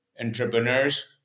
entrepreneurs